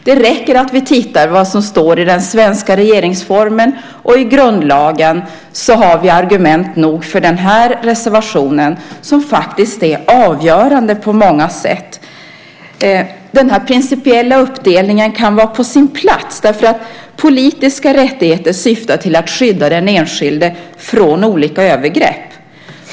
Det räcker att vi tittar på vad som står i den svenska regeringsformen och i grundlagen för att ha argument nog för den här reservationen, som faktiskt är avgörande på många sätt. Den här principiella uppdelningen kan vara på sin plats därför att politiska rättigheter syftar till att skydda den enskilde från olika övergrepp.